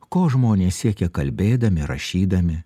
ko žmonės siekia kalbėdami rašydami